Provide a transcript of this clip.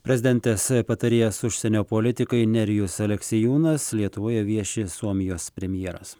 prezidentės patarėjas užsienio politikai nerijus aleksiejūnas lietuvoje vieši suomijos premjeras